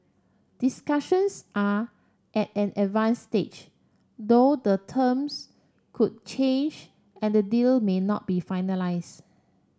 discussions are at an advance stage though the terms could change and the deal may not be finalise